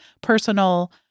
personal